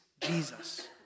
Jesus